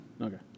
Okay